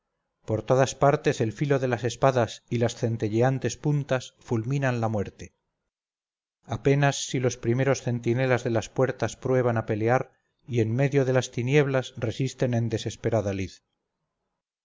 por todas partes el filo de las espadas y las centelleantes puntas fulminan la muerte apenas si los primeros centinelas de las puertas prueban a pelear y en medio de las tinieblas resisten en desesperada lid